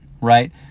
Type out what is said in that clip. right